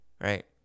right